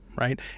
Right